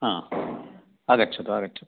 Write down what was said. आगच्छतु आगच्चतु